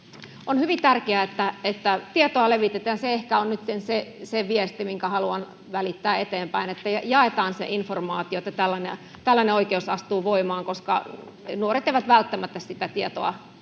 On hyvin tärkeää, että tietoa levitetään. Se ehkä on nytten se viesti, minkä haluan välittää eteenpäin. Eli jaetaan se informaatio siitä, että tällainen oikeus astuu voimaan, koska nuoret eivät välttämättä sitä tietoa tiedä